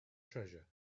treasure